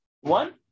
One